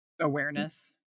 Awareness